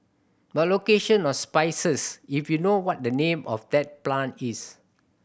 by location or species if you know what the name of the plant is